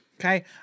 okay